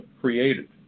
created